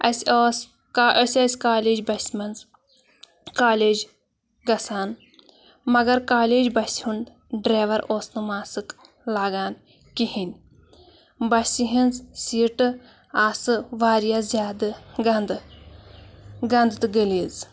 اَسہِ ٲس أسۍ ٲسۍ کالیج بَسہِ منٛز کالیج گژھان مگر کالیج بَسہِ ہُنٛد ڈرٛیوَر اوس نہٕ ماسٕک لاگان کِہیٖنۍ بَسہِ ہِنٛز سیٖٹہٕ آسہٕ واریاہ زیادٕ گنٛدٕ گنٛدٕ تہٕ گلیز